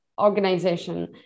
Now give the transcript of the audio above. organization